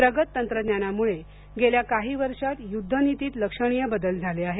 प्रगत तंत्रज्ञानामुळे गेल्या काही वर्षात युद्धनीतीत लक्षणीय बदल झाले आहेत